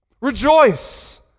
Rejoice